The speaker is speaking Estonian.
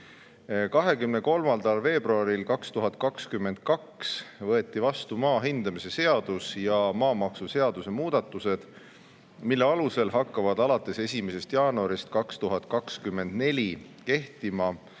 23. veebruaril 2022 võeti vastu maa hindamise seaduse ja maamaksuseaduse muudatused, mille alusel hakkavad alates 1. jaanuarist 2024 kehtima